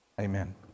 Amen